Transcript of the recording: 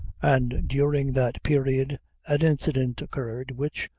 and during that period an incident occurred, which,